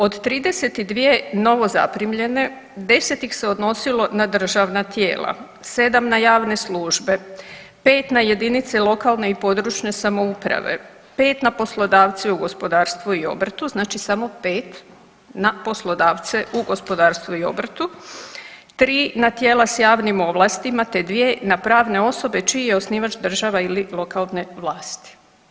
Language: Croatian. Od 32 novozaprimljene 10 ih se odnosilo na državna tijela, sedam na javne službe, pet na jedinice lokalne i područne samouprave, pet na poslodavce u gospodarstvu i obrtu znači samo pet na poslodavce u gospodarstvu i obrtu, tri na tijela s javnim ovlastima te dvije na pravne osobe čiji je osnivač država ili lokalne vlasti.